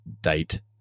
date